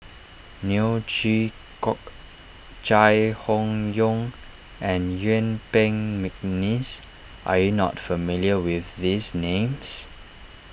Neo Chwee Kok Chai Hon Yoong and Yuen Peng McNeice are you not familiar with these names